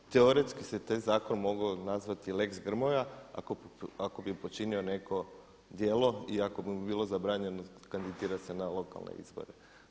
Teoretski se taj zakon mogao nazvati lex Grmoja ako bi počinio neko djelo i ako bi mu bilo zabranjeno kandidirat se na lokalne izbore.